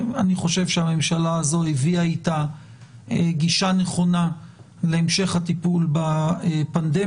אני חושב שהממשלה הזו הביאה אתה גישה נכונה להמשך הטיפול בפנדמיה,